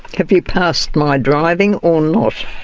have you passed my driving, or not?